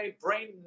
brain